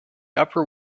upper